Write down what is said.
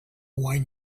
wine